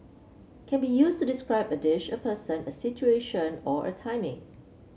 can be used to describe a dish a person a situation or a timing